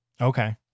okay